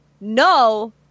no